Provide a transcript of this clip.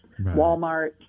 Walmart